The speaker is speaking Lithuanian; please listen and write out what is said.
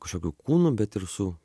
kažkokiu kūnu bet ir su